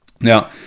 now